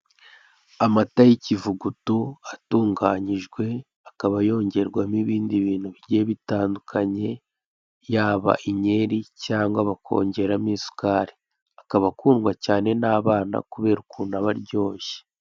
Amata y'ikivuguto atunganyijwe, akaba yongerwamo ibindi bintu bigiye bitandukanye, yaba inyeri, cyangwa bakongeramo isukari, akaba akundwa cyane n'abana kubera ukuntu aba aryoshye.